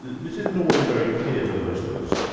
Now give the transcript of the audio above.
this isn't always very clear to the rest of us.